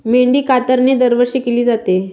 मेंढी कातरणे दरवर्षी केली जाते